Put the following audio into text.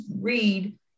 read